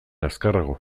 azkarrago